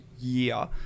year